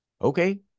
okay